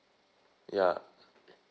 ya